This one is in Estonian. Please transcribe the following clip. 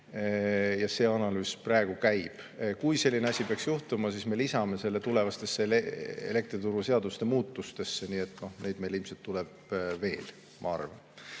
See analüüs praegu käib. Kui selline asi peaks juhtuma, siis me lisame selle tulevastesse elektrituruseaduse muutustesse. Neid meil ilmselt tuleb veel.